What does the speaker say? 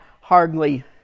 hardly